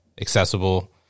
accessible